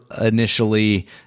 initially